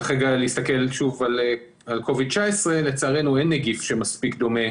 צריך להסתכל על קוביד 19 ולצערנו נגיף שמספיק דומה